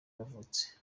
yavutse